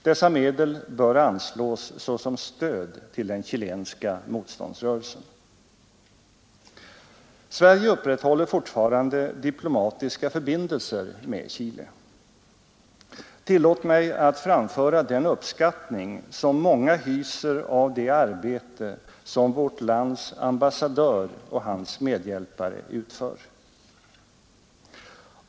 Dessa medel bör anslås såsom stöd till den chilenska motståndsrörelsen. Sverige upprätthåller fortfarande diplomatiska förbindelser med Chile. Tillåt mig att framföra den uppskattning som många hyser av det arbete som vårt lands ambassadör och hans medhjälpare utför.